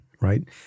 right